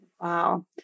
Wow